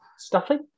stuffing